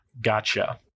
gotcha